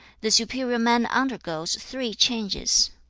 the superior man undergoes three changes.